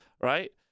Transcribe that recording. right